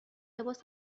لباس